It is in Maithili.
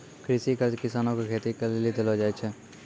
कृषि कर्ज किसानो के खेती करे लेली देलो जाय छै